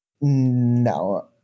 No